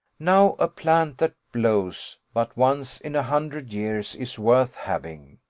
now a plant that blows but once in a hundred years is worth having.